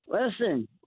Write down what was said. Listen